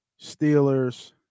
Steelers